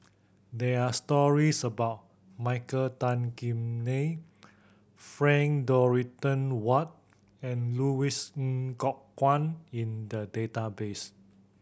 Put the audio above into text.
there are stories about Michael Tan Kim Nei Frank Dorrington Ward and Louis Ng Kok Kwang in the database